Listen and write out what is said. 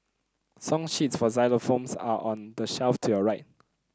song sheets for xylophones are on the shelf to your right